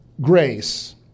grace